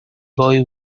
boy